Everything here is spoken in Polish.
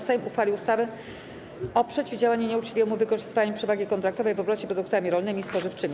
Sejm uchwalił ustawę o przeciwdziałaniu nieuczciwemu wykorzystywaniu przewagi kontraktowej w obrocie produktami rolnymi i spożywczymi.